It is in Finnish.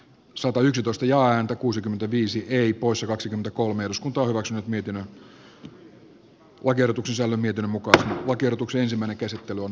satayksitoista ja häntä kuusikymmentäviisi ei poissa kaksikymmentäkolme osku timo korhonen on simo rundgrenin kannattamana ehdottanut että pykälä poistetaan